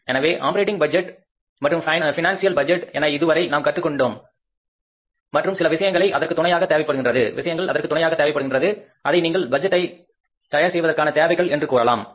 எனவே operating budget மற்றும் financial budget என இதுவரை நாம் கற்றுக் கொண்டோம் மற்றும் சில விஷயங்கள் அதற்கு துணையாக தேவைப்படுகின்றது அதை நீங்கள் பட்ஜெட்டை தயார் செய்வதற்கான தேவைகள் என்று கூறலாம்